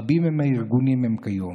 רבים הם הארגונים כיום,